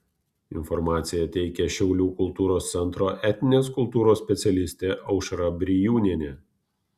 informaciją teikia šiaulių kultūros centro etninės kultūros specialistė aušra brijūnienė